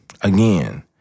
again